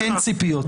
אין ציפיות ממך.